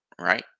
right